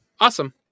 Awesome